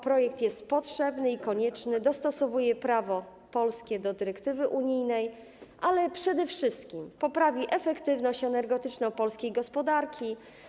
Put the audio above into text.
Projekt ustawy jest potrzebny i konieczny, dostosowuje prawo polskie do dyrektywy unijnej, ale przede wszystkim poprawi efektywność energetyczną polskiej gospodarki.